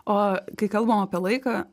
o kai kalbam apie laiką